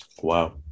Wow